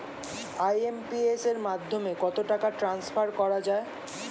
IMPS এর মাধ্যমে কত টাকা ট্রান্সফার করা যায়?